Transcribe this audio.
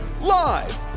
Live